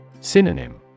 Synonym